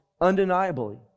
undeniably